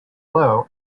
low